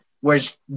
Whereas